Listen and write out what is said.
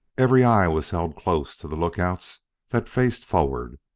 every eye was held close to the lookouts that faced forward.